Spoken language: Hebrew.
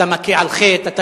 אתה מכה על חטא?